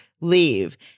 leave